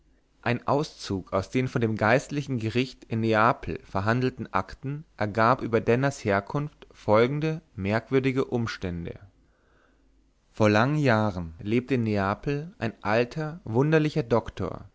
ein auszug aus den von dem geistlichen gericht in neapel verhandelten akten ergab über denners herkunft folgende merkwürdige umstände vor langen jahren lebte in neapel ein alter wunderlicher doktor